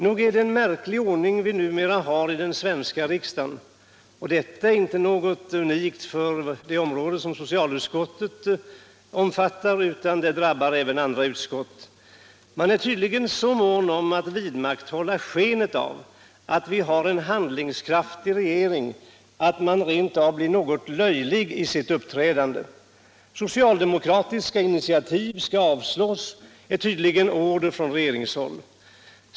Nog är det en märklig ordning vi numera har i den svenska riksdagen. Och detta är inte något unikt för det område som socialutskottet behandlar, utan det drabbar även andra utskott. Man är tydligen så mån om att vidmakthålla skenet av att vi har en handlingskraftig regering att man rent av blir något löjlig i sitt uppträdande. Socialdemokratiska initiativ skall avslås, är tydligen order från regeringshåll.